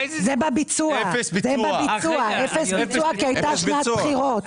זה אפס ביצוע כי היתה שנת בחירות.